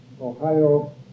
Ohio